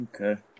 Okay